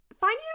finding